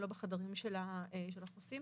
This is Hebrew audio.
לא בחדרים של החוסים.